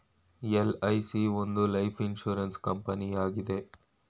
LIC ಒಂದು life insurance ಕಂಪನಿಯಾಗಿದೆ